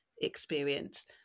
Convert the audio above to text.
experience